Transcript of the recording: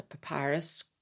papyrus